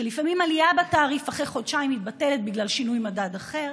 שלפעמים עלייה בתעריף אחרי חודשיים מתבטלת בגלל שינוי מדד אחר.